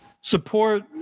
support